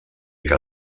que